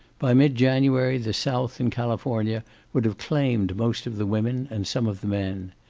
by mid-january the south and california would have claimed most of the women and some of the men.